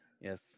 yes